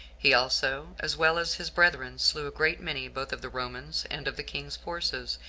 he also, as well as his brethren, slew a great many both of the romans and of the king's forces,